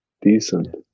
decent